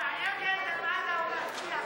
מעניין אותי על מה אתה הולך להצביע,